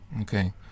Okay